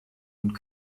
und